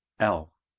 l.